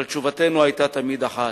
אבל תשובתנו היתה תמיד אחת: